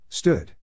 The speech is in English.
Stood